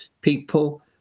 people